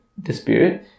dispute